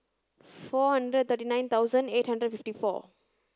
four hundred thirty nine thousand eight hundred fifty four